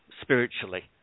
spiritually